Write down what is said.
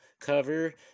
cover